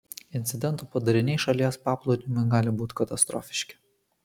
incidentų padariniai šalies paplūdimiui gali būti katastrofiški